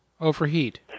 Overheat